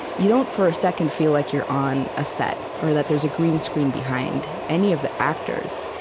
you don't for a second feel like you're on a set or that there's a green screen behind any of the actors.